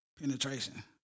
penetration